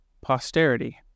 posterity